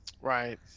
Right